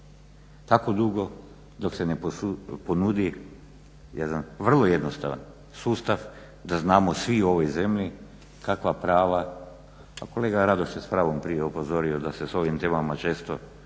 tako dugo dok se ne ponudi jedan vrlo jednostavan sustav da znamo svi u ovoj zemlji kakva prava a kolega Radoš je s pravom prije upozorio da se s ovim temama često